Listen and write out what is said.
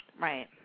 Right